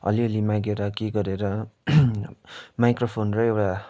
अलि अलि मागेर केही गरेर माइक्रोफोन र एउटा